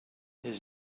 his